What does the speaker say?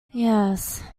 yes